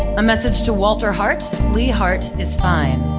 a message to walter heart, lee heart is fine.